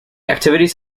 activities